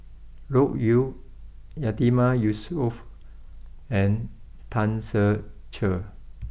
Loke Yew Yatiman Yusof and Tan Ser Cher